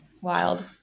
wild